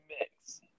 mix